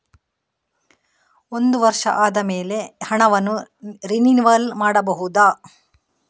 ಒಂದು ವರ್ಷ ಆದಮೇಲೆ ಹಣವನ್ನು ರಿನಿವಲ್ ಮಾಡಬಹುದ?